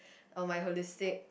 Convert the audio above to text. on my holistic